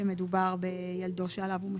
שמדובר בילדו שעליו הוא משגיח.